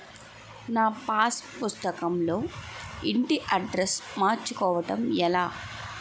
నా పాస్ పుస్తకం లో ఇంటి అడ్రెస్స్ మార్చుకోవటం ఎలా?